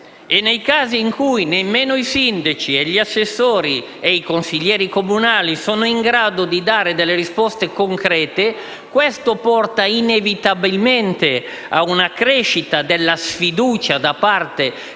E nei casi in cui nemmeno i sindaci, gli assessori e i consiglieri comunali sono in grado di dare delle risposte concrete, ciò porta inevitabilmente a una crescita della sfiducia da parte dei